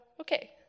Okay